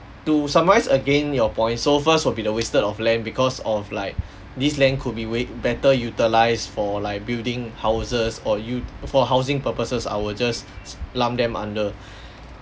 to summarise again your point so first would be the wasted of land because of like this land could be way better utilised for like building houses or you to for housing purposes I will just lump s~ them under